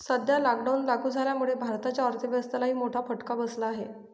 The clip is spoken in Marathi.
सध्या लॉकडाऊन लागू झाल्यामुळे भारताच्या अर्थव्यवस्थेलाही मोठा फटका बसला आहे